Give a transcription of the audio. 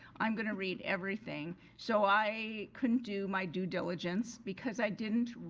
i'm gonna read everything so i couldn't do my due diligence because i didn't,